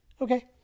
Okay